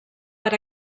per